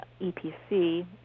EPC